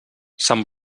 sant